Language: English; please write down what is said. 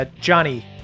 Johnny